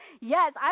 Yes